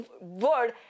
word